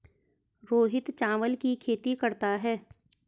रोहित चावल की खेती करता है